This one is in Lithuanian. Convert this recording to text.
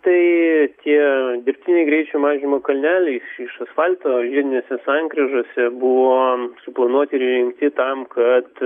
tai ir dirbtiniai greičio mažinimo kalneliai iš asfalto žiedinėse sankryžose buvo suplanuoti ir įrengti tam kad